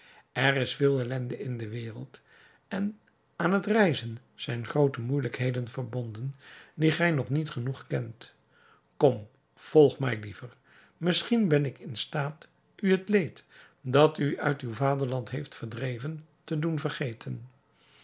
er is veel ellende in de wereld en aan het reizen zijn groote moeijelijkheden verbonden die gij nog niet genoeg kent kom volg mij liever misschien ben ik in staat u het leed dat u uit uw vaderland heeft verdreven te doen vergeten